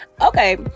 okay